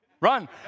Run